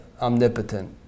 Omnipotent